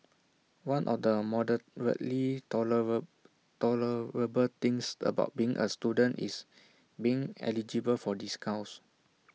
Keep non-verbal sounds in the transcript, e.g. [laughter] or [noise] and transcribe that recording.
one or the moderately [unintelligible] tolerable things about being A student is being eligible for discounts